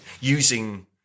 using